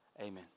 Amen